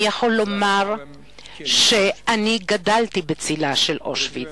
אני יכול לומר שגדלתי בצלה של אושוויץ.